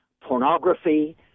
pornography